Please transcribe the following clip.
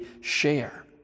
share